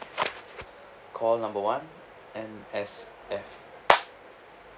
call number one M_S_F